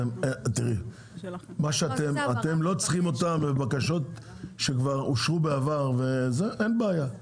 תראי אתם לא צריכים אותם לבקשות שכבר אושרו בעבר אין בעיה,